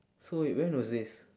so wait when was this